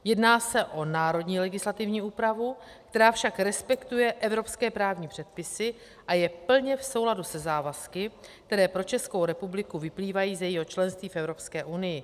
Jedná se o národní legislativní úpravu, která však respektuje evropské právní předpisy a je plně v souladu se závazky, které pro Českou republiku vyplývají z jejího členství v Evropské unii.